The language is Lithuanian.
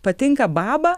patinka baba